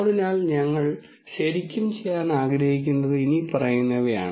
അതിനാൽ ഞങ്ങൾ ശരിക്കും ചെയ്യാൻ ആഗ്രഹിക്കുന്നത് ഇനിപ്പറയുന്നവയാണ്